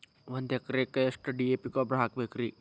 ಒಂದು ಎಕರೆಕ್ಕ ಎಷ್ಟ ಡಿ.ಎ.ಪಿ ಗೊಬ್ಬರ ಹಾಕಬೇಕ್ರಿ?